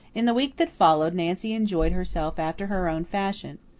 in the week that followed nancy enjoyed herself after her own fashion.